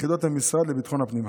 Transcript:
המשרד לביטחון הפנים.